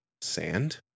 sand